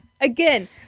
Again